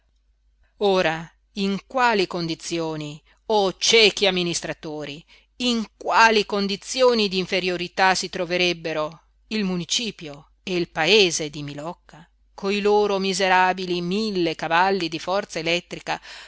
ora in quali condizioni o ciechi amministratori in quali condizioni d'inferiorità si troverebbero il municipio e il paese di milocca coi loro miserabili cavalli di forza elettrica